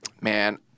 man